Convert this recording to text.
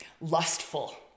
lustful